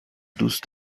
دوست